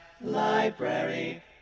Library